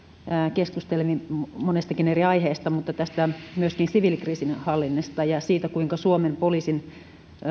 keskustelimme monestakin eri aiheesta mutta myöskin tästä siviilikriisinhallinnasta ja siitä kuinka suomen poliisin